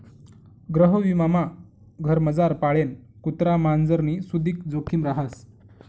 गृहविमामा घरमझार पाळेल कुत्रा मांजरनी सुदीक जोखिम रहास